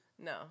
No